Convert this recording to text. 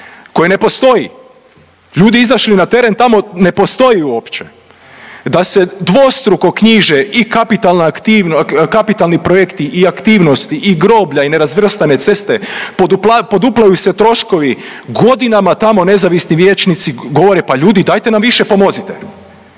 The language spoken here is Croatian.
koji ne postoji, ljudi izašli na teren, tamo ne postoji uopće. Da se dvostruko knjiže i kapitalna aktivno…, kapitalni projekti i aktivnosti i groblja i nerazvrstane ceste, poduplaju se troškovi, godinama tamo nezavisni vijećnici govore pa ljudi dajte nam više pomozite